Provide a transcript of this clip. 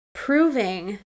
Proving